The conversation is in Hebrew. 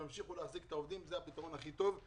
ימשיכו להעסיק את העובדים זה הפתרון הכי טוב,